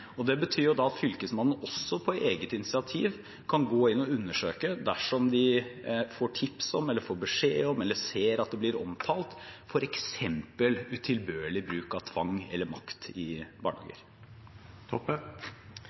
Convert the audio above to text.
Det betyr da at fylkesmannen, også på eget initiativ, kan gå inn og undersøke dersom de får tips om, beskjed om eller ser at det blir omtalt f.eks. utilbørlig bruk av tvang eller makt i